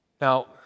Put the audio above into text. Now